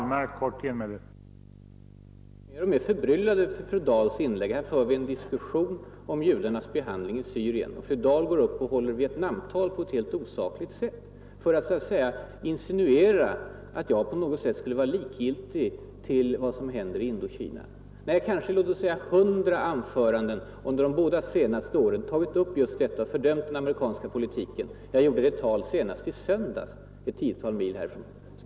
Herr talman! Jag måste säga att jag blir mer och mer förbryllad över fru Dahls inlägg. Här för vi en diskussion om judarnas behandling i Syrien. Fru Dahl går upp och håller på ett helt osakligt sätt tal om Vietnam i avsikt att insinuera att jag på något sätt skulle vara likgiltig för vad som händer i Indokina. Jag har i kanske 100 anföranden under de senaste åren tagit upp just kriget i Vietnam och fördömt den amerikanska politiken. Jag gjorde det senast i ett tal i söndags.